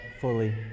fully